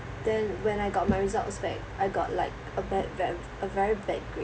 then when I got my results back I got like a bad bad a very bad grade